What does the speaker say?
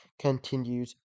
continues